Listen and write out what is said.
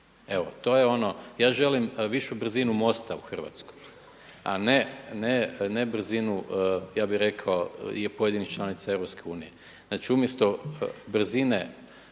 Evo to je ono, ja želim višu brzinu MOST-a u Hrvatskoj, a ne brzinu ja bih rekao pojedinih članica EU. Znači umjesto brzine